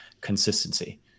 consistency